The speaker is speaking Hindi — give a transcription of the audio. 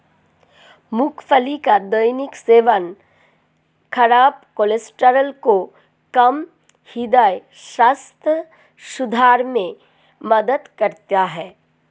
मूंगफली का दैनिक सेवन खराब कोलेस्ट्रॉल को कम, हृदय स्वास्थ्य सुधार में मदद करता है